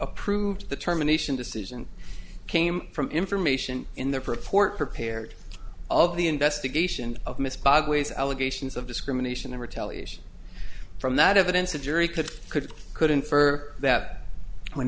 approved the terminations decision came from information in the purport prepared all of the investigation of miss bug ways allegations of discrimination in retaliation from that evidence a jury could could could infer that w